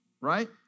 Right